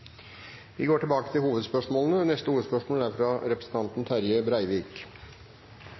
Vi går til neste hovedspørsmål. Den 4. juni er